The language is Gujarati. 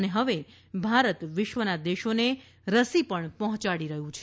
અને હવે ભારત વિશ્વના દેશોને રસી પણ પહોંચાડી રહ્યું છે